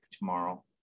tomorrow